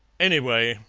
anyway,